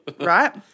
right